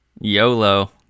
YOLO